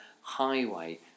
highway